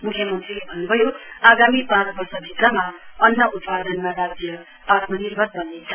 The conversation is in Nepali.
मुख्यमन्त्रीले भन्नुभयो आगामी पाँच वर्ष भित्रमा अन्न उत्पादनमा राज्य आत्मनिर्भर वन्नेछ